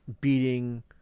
beating